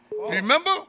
remember